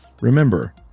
remember